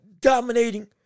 dominating